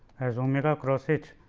as omega cross h.